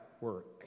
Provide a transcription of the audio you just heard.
work